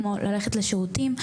כמו ללכת לשירותים.